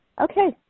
Okay